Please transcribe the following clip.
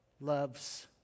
loves